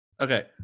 Okay